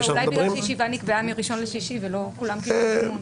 אולי בגלל שהישיבה נקבעה מה-1 ל-6 ולא כולם קיבלו זימון.